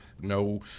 no